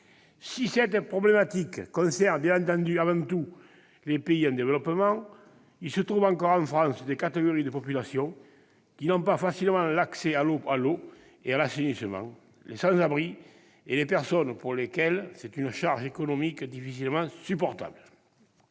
Si cette question concerne bien entendu avant tout les pays en développement, il se trouve encore en France des catégories de population qui n'ont pas facilement accès à l'eau et à l'assainissement : les sans-abri et les personnes pour lesquelles cette charge économique est difficilement supportable.